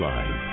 Live